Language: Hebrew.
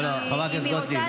לא, לא.